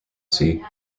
sea